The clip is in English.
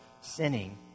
sinning